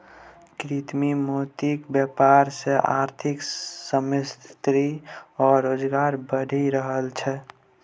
कृत्रिम मोतीक बेपार सँ आर्थिक समृद्धि आ रोजगार बढ़ि रहल छै